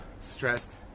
stressed